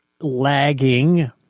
lagging